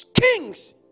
kings